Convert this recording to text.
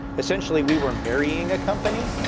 essentially we were marrying a company.